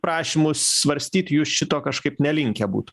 prašymus svarstyt jų šito kažkaip nelinkę būt